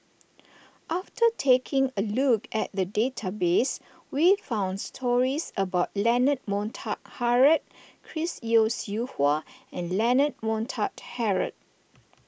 after taking a look at the database we found stories about Leonard Montague Harrod Chris Yeo Siew Hua and Leonard Montague Harrod